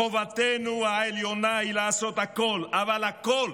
חובתנו העליונה היא לעשות הכול, אבל הכול,